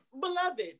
Beloved